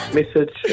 message